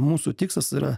mūsų tikslas yra